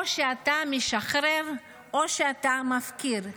או שאתה משחרר או שאתה מפקיר.